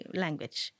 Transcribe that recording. language